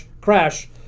Crash